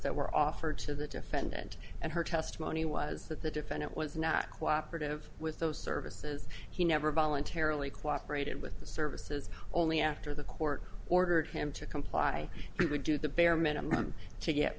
that were offered to the defendant and her testimony was that the defendant was not cooperated of with those services he never voluntarily cooperated with the services only after the court ordered him to comply he would do the bare minimum to get